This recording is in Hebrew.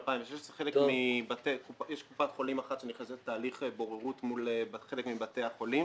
2016. יש קופת חולים אחת שנכנסת לתהליך בוררות מול חלק מבתי החולים,